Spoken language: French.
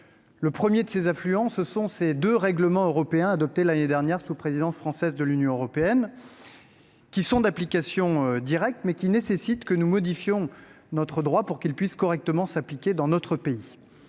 Le premier de ces affluents, ce sont les deux règlements européens adoptés l’année dernière sous la présidence française de l’Union européenne, qui sont d’application directe, mais qui nécessitent que nous modifiions notre droit pour qu’ils puissent correctement s’appliquer dans notre pays.